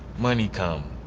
money come.